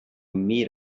meet